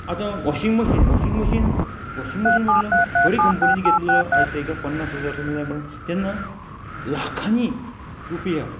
आतां washing machine washing machine washing machine म्हटल्यार बरी कंपनीची घेतलेलो आयज एका पन्नास हजार सुमार तेन्ना लाखानी रुपया